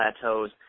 plateaus